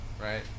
right